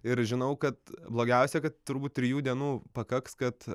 ir žinau kad blogiausia kad turbūt trijų dienų pakaks kad